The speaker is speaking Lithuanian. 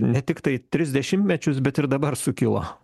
ne tiktai tris dešimtmečius bet ir dabar sukilo